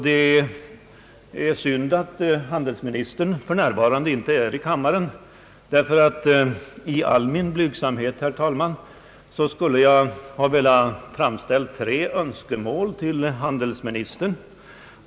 Det är beklagligt att handelsministern för närvarande inte är i kammaren. I all min blygsamhet, herr talman, skulle jag nämligen ha velat framställa några önskemål till handelsministern.